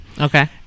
Okay